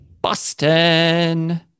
Boston